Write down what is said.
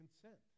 consent